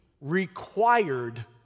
required